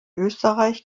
österreich